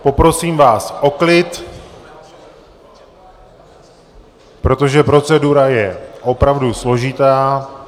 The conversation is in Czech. Poprosím vás o klid, protože procedura je opravdu složitá.